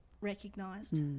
recognised